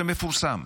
זה מפורסם,